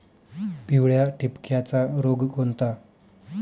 पिवळ्या ठिपक्याचा रोग कोणता?